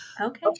Okay